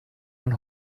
man